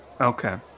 Okay